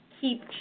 keep